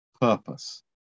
purpose